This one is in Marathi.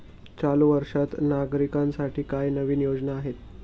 चालू वर्षात नागरिकांसाठी काय नवीन योजना आहेत?